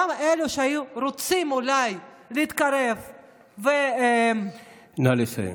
גם אלו שהיו רוצים אולי להתקרב, נא לסיים.